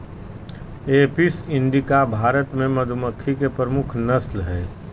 Apis indica Bharat मे मधुमक्खी के प्रमुख नस्ल हय